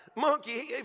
monkey